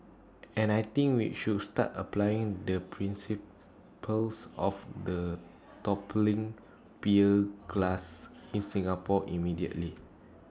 and I think we should start applying the principles of the toppling beer glass in Singapore immediately